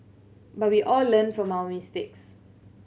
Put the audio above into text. but we all learn from our mistakes